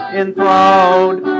enthroned